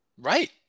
Right